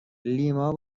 لیما